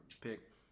pick